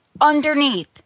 underneath